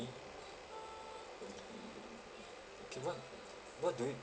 K what what do you